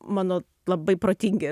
mano labai protingi